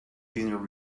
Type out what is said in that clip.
dinner